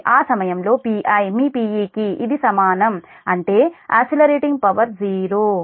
ఆ సమయంలో Pi మీ Pe కి ఇది సమానం అంటే ఎసిలరేటింగ్ పవర్ '0'